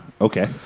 Okay